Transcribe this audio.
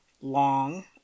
long